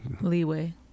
Leeway